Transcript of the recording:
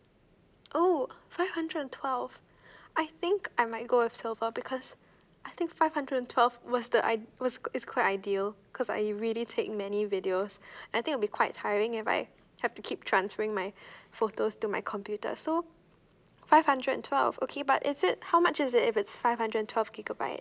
oh five hundred and twelve I think I might go with silver because I think five hundred and twelve was the i~ was is quite ideal cause I really take many videos I think it'll be quite tiring if I have to keep transferring my photos to my computer so five hundred and twelve okay but is it how much is it if it's five hundred and twelve gigabyte